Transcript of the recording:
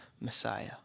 Messiah